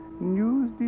news